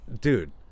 dude